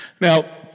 Now